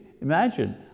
Imagine